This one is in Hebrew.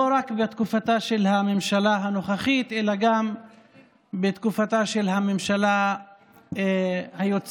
לא רק בתקופתה של הממשלה הנוכחית אלא גם בתקופתה של הממשלה היוצאת,